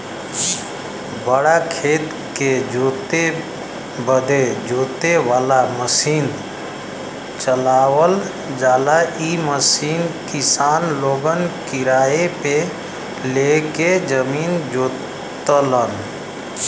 बड़ा खेत के जोते बदे जोते वाला मसीन चलावल जाला इ मसीन किसान लोगन किराए पे ले के जमीन जोतलन